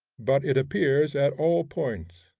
but it appears at all points.